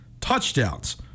touchdowns